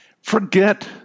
Forget